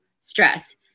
stress